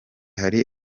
hari